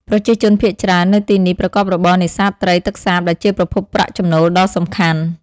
ប្រជាជនភាគច្រើននៅទីនេះប្រកបរបរនេសាទត្រីទឹកសាបដែលជាប្រភពប្រាក់ចំណូលដ៏សំខាន់។